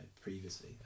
previously